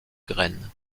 graines